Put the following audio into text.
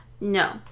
No